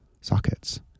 sockets